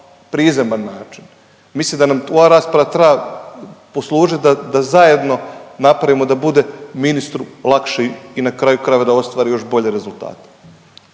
prizeman način. Mislim da nam ova rasprava treba poslužit da, da zajedno napravimo da bude ministru lakše i na kraju krajeva da ostvari još bolje rezultate.